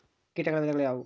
ಕೇಟಗಳ ವಿಧಗಳು ಯಾವುವು?